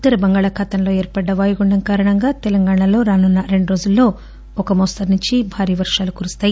ఉత్తర బంగాళాఖాతంలో ఏర్పడ్డ వాయుగుండం కారణంగా తెలంగాణలో రానున్న రెండు రోజుల్లో ఓ మోస్తరు నుంచి భారీ వర్షాలు కురుస్తాయి